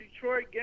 Detroit